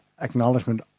Acknowledgement